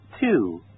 Two